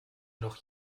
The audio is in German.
noch